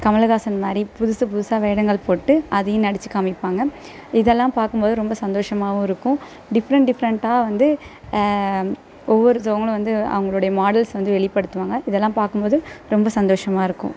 கமலஹாசன் மாதிரி புதுசு புதுசாக வேடங்கள் போட்டு அதையும் நடிச்சு காமிப்பாங்க இதெல்லாம் பார்க்கும்போது ரொம்ப சந்தோஷமாகவும் இருக்கும் டிஃப்ரெண்ட் டிஃப்ரெண்டாக வந்து ஒவ்வொருத்தவர்களும் வந்து அவங்களுடைய மாடல்ஸ் வந்து வெளிப்படுத்துவாங்க இதெல்லாம் பார்க்கும்போது ரொம்ப சந்தோஷமாக இருக்கும்